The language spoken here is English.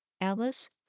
Alice